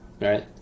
right